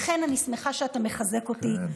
לכן אני שמחה שאתה מחזק אותי.